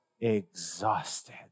exhausted